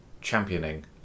championing